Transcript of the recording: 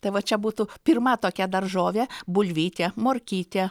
tai va čia būtų pirma tokia daržovė bulvytė morkytė